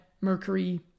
mercury